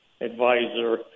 advisor